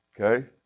Okay